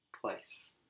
place